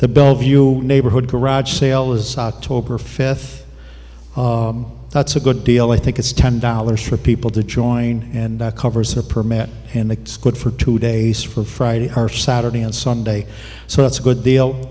the bellevue neighborhood garage sale is tobar fifth that's a good deal i think it's ten dollars for people to join and that covers a permit and it's good for two days for friday or saturday and sunday so that's a good deal